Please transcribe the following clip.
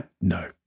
no